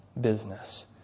business